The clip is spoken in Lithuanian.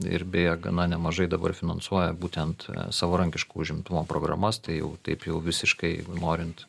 ir beje gana nemažai dabar finansuoja būtent savarankiško užimtumo programas tai jau taip jau visiškai norint